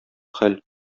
хәл